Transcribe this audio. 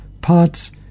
parts